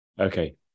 okay